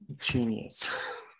genius